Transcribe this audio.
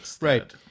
Right